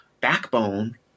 backbone